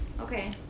okay